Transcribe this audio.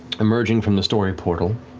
emerging from this doorway portal,